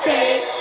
Take